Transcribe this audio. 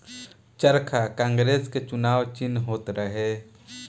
चरखा कांग्रेस के चुनाव चिन्ह होत रहे